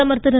பிரதமர் திரு